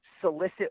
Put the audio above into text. solicit